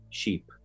sheep